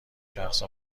شخص